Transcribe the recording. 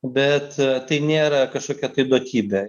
bet tai nėra kažkokia tai duotybė